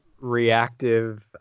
reactive